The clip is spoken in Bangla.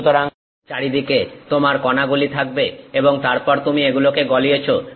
সুতরাং চারিদিকে তোমার কণাগুলি থাকবে এবং তারপর তুমি এগুলোকে গলিয়েছো